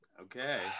Okay